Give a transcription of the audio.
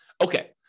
Okay